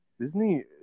disney